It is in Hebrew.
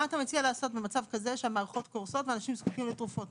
מה אתה מציע לעשות במצב כזה שהמערכות קורסות ואנשים זקוקים לתרופות?